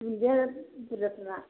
दुन्दिया बुरजा बुरजा